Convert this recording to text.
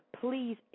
please